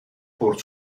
por